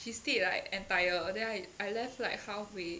she stayed like entire then I I left like halfway